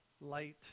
light